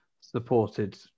supported